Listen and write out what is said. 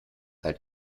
halt